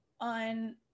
on